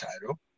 title